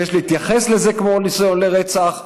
שיש להתייחס לזה כמו אל ניסיון לרצח,